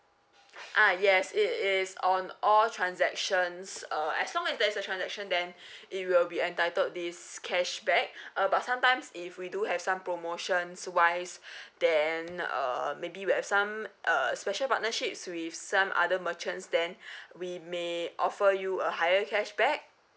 ah yes it is on all transactions uh as long as there is a transaction then it will be entitled this cashback uh but sometimes if we do have some promotions wise then uh maybe we have some uh special partnerships with some other merchants then we may offer you a higher cashback